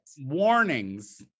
Warnings